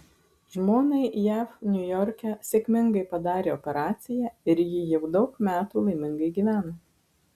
žmonai jav niujorke sėkmingai padarė operaciją ir ji jau daug metų laimingai gyvena